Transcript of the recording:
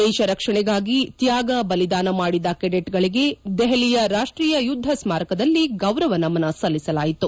ದೇಶ ರಕ್ಷಣೆಗಾಗಿ ತ್ವಾಗ ಬಲಿದಾನ ಮಾಡಿದ ಕೆಡೆಟ್ಗಳಿಗೆ ದೆಹಲಿಯ ರಾಷ್ಟೀಯ ಯುದ್ದ ಸ್ನಾರಕದಲ್ಲಿ ಗೌರವ ನಮನ ಸಲ್ಲಿಸಲಾಯಿತು